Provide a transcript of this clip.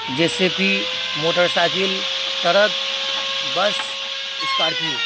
J C P motor cycle truck bus scorpio